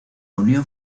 unión